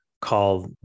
called